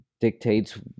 dictates